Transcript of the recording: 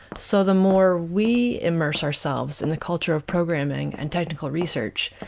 so the more we immerse ourselves in the culture of programming and technical research,